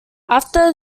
after